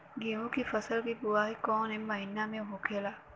गेहूँ के फसल की बुवाई कौन हैं महीना में होखेला?